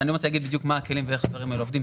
אני עוד מעט אגיד מה הכלים ואיך הדברים האלה עובדים.